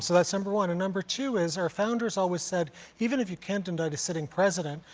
so that's number one. number two is our founders always said even if you can't indict a sitting president,